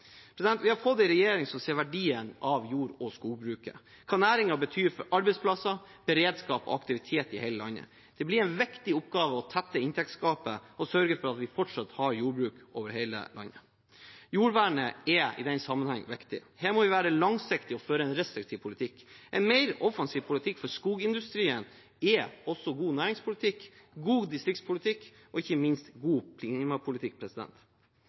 Vi har fått en regjering som ser verdien av jord- og skogbruket, hva næringene betyr for arbeidsplasser, beredskap og aktivitet i hele landet. Det blir en viktig oppgave å tette inntektsgapet og sørge for at vi fortsatt har jordbruk over hele landet. Jordvernet er i denne sammenhengen viktig. Her må vi være langsiktige og føre en restriktiv politikk. En mer offensiv politikk for skogindustrien er også god næringspolitikk, god distriktspolitikk og ikke minst god klimapolitikk.